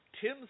Tim